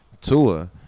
Tua